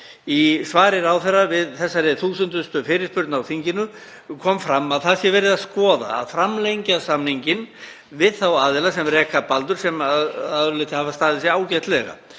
Í svari ráðherra við þessari þúsundustu fyrirspurn á þinginu kom fram að verið sé að skoða að framlengja samninginn við þá aðila sem reka Baldur, sem hafa að öðru leyti staðið sig ágætlega.